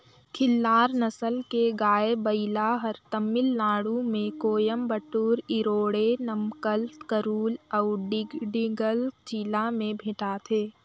खिल्लार नसल के गाय, बइला हर तमिलनाडु में कोयम्बटूर, इरोडे, नमक्कल, करूल अउ डिंडिगल जिला में भेंटाथे